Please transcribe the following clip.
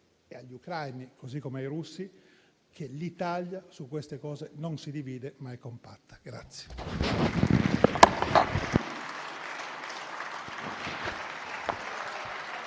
e agli ucraini, così come ai russi, che l'Italia su questi temi non si divide, ma è compatta.